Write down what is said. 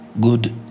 Good